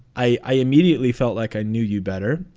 i i immediately felt like i knew you better.